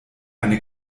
eine